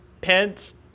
Pence